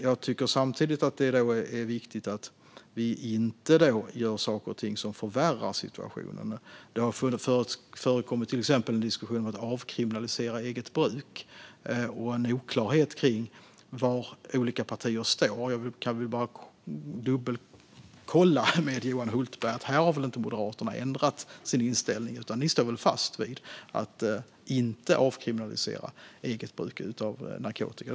Jag tycker samtidigt att det är viktigt att vi inte gör saker och ting som förvärrar situationen. Det har till exempel förekommit en diskussion om att avkriminalisera eget bruk, och det finns en oklarhet kring var olika partier står. Jag vill bara dubbelkolla med Johan Hultberg: Här har väl inte Moderaterna ändrat sin inställning, utan ni står väl fast vid att inte avkriminalisera eget bruk av narkotika?